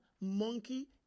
monkey